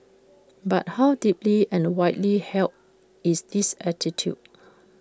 but how deeply and widely held is this attitude